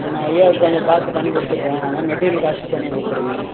நம்ம ஐயாவுக்கு கொஞ்சம் பார்த்து பண்ணிக்கொடுத்துட்றேன் ஆனால் மெட்டீரியல் காசு தனியாக கொடுத்துருங்க